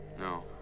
No